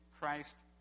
Christ